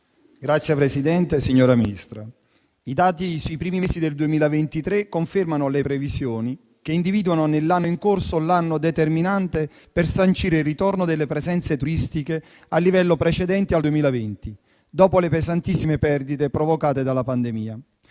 - Premesso che: i dati sui primi mesi del 2023 confermano le previsioni che individuano nel 2023 l'anno determinante per sancire il ritorno delle presenze turistiche a livelli precedenti al 2020, dopo le pesantissime perdite provocate dalla pandemia;